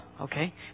okay